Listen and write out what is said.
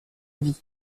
vie